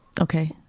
Okay